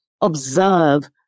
observe